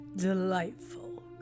delightful